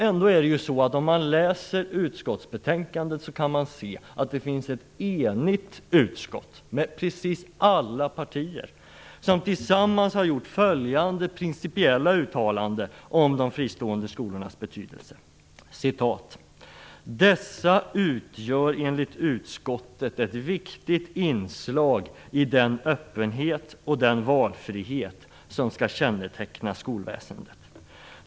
Ändå kan man om man läser utskottsbetänkandet se att ett enigt utskott, med precis alla partier, har gjort följande principiella uttalande om de fristående skolornas betydelse: "Dessa utgör enligt utskottet ett viktigt inslag i den öppenhet och den valfrihet som skall känneteckna skolväsendet.